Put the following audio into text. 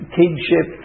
kingship